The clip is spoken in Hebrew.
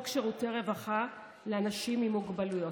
הצעת חוק שירותי רווחה לאנשים עם מוגבלויות.